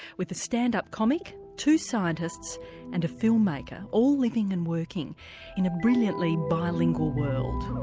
with a stand-up comic, two scientists and a film-maker all living and working in a brilliantly bilingual world.